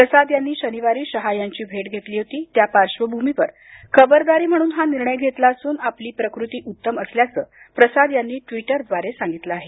प्रसाद यांनी शनिवारी शहा यांची भेट घेतली होती त्या पार्श्वभूमीवर खबरदारी म्हणून हा निर्णय घेतला असून आपली प्रकृती उत्तम असल्याचं प्रसाद यांनी ट्वीटर द्वारे सांगितलं आहे